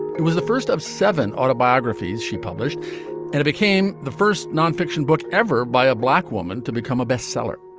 it was the first of seven autobiographies she published and it became the first nonfiction book ever by a black woman to become a bestseller